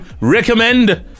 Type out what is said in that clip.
recommend